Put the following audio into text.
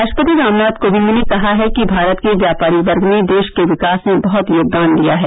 राष्ट्रपति रामनाथ कोविंद ने कहा है कि भारत के व्यापारी वर्ग ने देश के विकास में बहुत योगदान दिया है